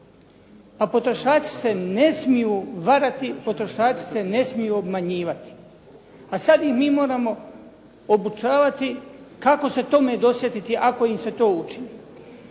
Pa potrošači se ne smiju varati, potrošači se ne smiju obmanjivati. A sad ih mi moramo obučavati kako se tome dosjetiti ako im se to učini.